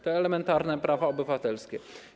To elementarne prawa obywatelskie.